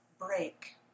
break